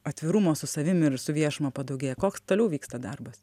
atvirumo su savim ir su viešuma padaugėja koks toliau vyksta darbas